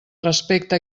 respecte